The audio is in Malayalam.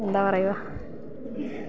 എന്താണ പറയുക